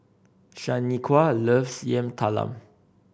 Shaniqua loves Yam Talam